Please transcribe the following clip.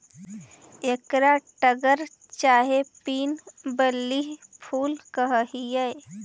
एकरा टगर चाहे पिन व्हील फूल कह हियई